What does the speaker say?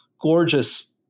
gorgeous